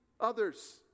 others